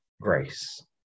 grace